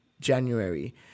January